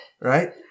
Right